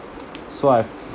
so I